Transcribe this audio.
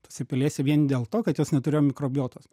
tose pelėse vien dėl to kad jos neturėjo mikrobiotos